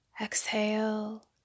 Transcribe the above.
Exhale